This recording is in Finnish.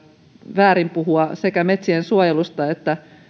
väärin puhua sekä metsien suojelusta että